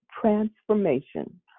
Transformation